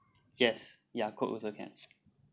yes ya coke also can